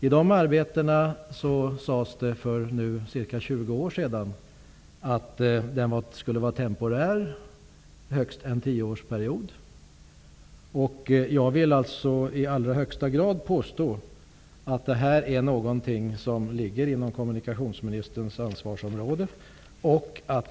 I dessa arbeten sades det för cirka 20 år sedan att den skulle vara högst temporär -- högst en tioårsperiod. Jag vill påstå att detta i allra högsta grad är något som ligger inom kommunikationsministerns ansvarsområde.